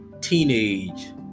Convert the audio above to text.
teenage